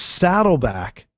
Saddleback